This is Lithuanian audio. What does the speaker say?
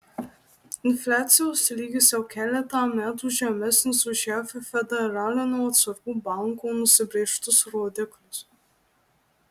infliacijos lygis jau keletą metų žemesnis už jav federalinio atsargų banko nusibrėžtus rodiklius